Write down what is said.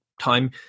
time